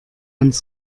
ans